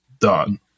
done